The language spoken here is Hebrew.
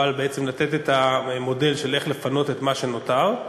בעצם לתת את המודל של איך לפנות את מה שנותר,